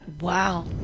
Wow